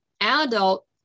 adult